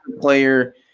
player